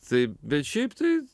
tai bet šiaip tai